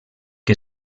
que